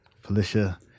Felicia